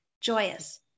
joyous